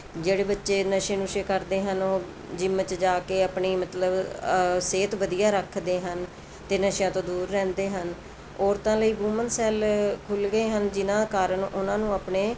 ਜਿਹੜੇ ਬੱਚੇ ਨਸ਼ੇ ਨੁਸ਼ੇ ਕਰਦੇ ਹਨ ਉਹ ਜਿੰਮ 'ਚ ਜਾ ਕੇ ਆਪਣੀ ਮਤਲਬ ਸਿਹਤ ਵਧੀਆ ਰੱਖਦੇ ਹਨ ਤੇ ਨਸ਼ਿਆਂ ਤੋਂ ਦੂਰ ਰਹਿੰਦੇ ਹਨ ਔਰਤਾਂ ਲਈ ਵੂਮਨ ਸੈੱਲ ਖੁੱਲ੍ਹ ਗਏ ਹਨ ਜਿੰਨਾਂ ਕਾਰਨ ਉਹਨਾਂ ਨੂੰ ਆਪਣੇ